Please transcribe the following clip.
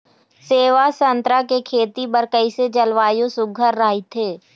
सेवा संतरा के खेती बर कइसे जलवायु सुघ्घर राईथे?